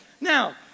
Now